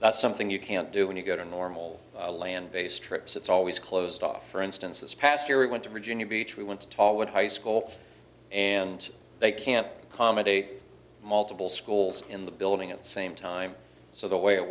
that's something you can't do when you go to normal land base trips it's always closed off for instance this past year we went to virginia beach we went to tall wood high school and they can't accommodate multiple schools in the building at the same time so the way it